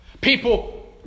People